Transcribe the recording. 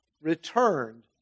returned